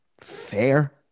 fair